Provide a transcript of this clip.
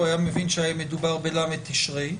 הוא היה מבין שמדובר ב-ל' תשרי.